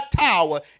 tower